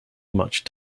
much